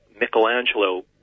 Michelangelo